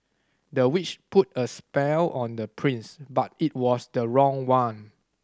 the witch put a spell on the prince but it was the wrong one